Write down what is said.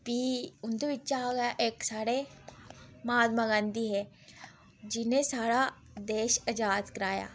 कि उं'दे बिच्चा गै इक साढ़े महात्मा गांधी हे जिनें सारा देश अज़ाद कराया